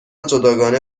جداگانه